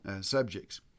subjects